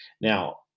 Now